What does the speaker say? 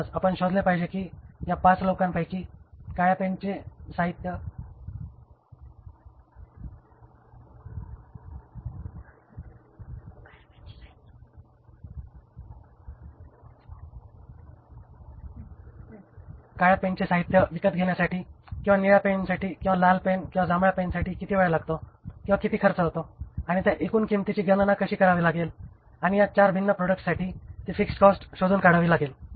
म्हणून आपण शोधले पाहिजे की या 5 लोकांपैकी काळ्या पेनचे साहित्य विकत घेण्यासाठी किंवा निळ्या पेनसाठी किंवा लाल पेन आणि जांभळ्या पेनसाठी किती वेळ लागतो किंवा खर्च होतो आणि त्या एकूण किंमतीची गणना कशी करावी लागेल आणि या चार भिन्न प्रॉडक्ट्ससाठी ती फिक्स्ड कॉस्ट शोधून काढावी लागेल